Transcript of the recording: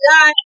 God